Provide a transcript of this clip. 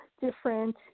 different